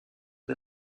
des